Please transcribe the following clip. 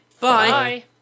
Bye